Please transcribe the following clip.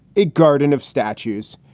a garden of statues.